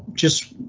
just.